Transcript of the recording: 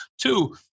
Two